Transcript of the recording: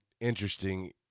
interesting